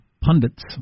pundits